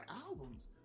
albums